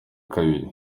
kabiri